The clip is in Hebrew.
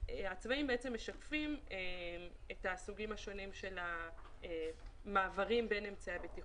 הצבעים משקפים את הסוגים השונים של המעברים בין אמצעי הבטיחות.